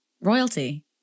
royalty